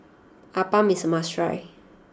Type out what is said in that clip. Appam is a must try